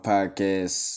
Podcast